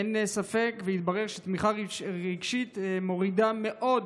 אין ספק, התברר שתמיכה רגשית מורידה מאוד